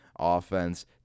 offense